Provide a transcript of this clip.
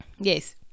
Yes